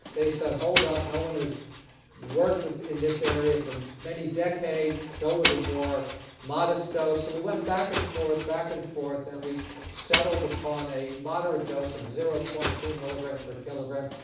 they said hold up, no one has worked in this area for many decades, go with a more modest dose. so we went back and forth, back and forth, and we settled upon a moderate dose of zero point two milogram per kilogram.